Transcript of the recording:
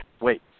wait